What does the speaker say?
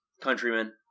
countrymen